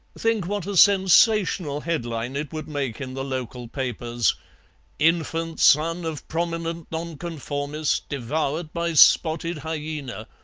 think what a sensational headline it would make in the local papers infant son of prominent nonconformist devoured by spotted hyaena